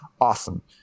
awesome